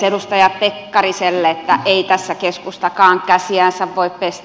edustaja pekkariselle että ei tässä keskustakaan käsiänsä voi pestä